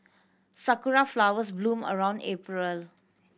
sakura flowers bloom around April